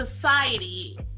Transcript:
society